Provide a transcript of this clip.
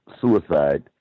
suicide